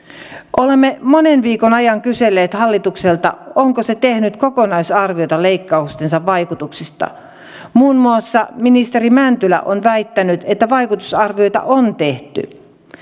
olemme monen viikon ajan kyselleet hallitukselta onko se tehnyt kokonaisarviota leikkaustensa vaikutuksista muun muassa ministeri mäntylä on väittänyt että vaikutusarvioita on tehty